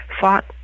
fought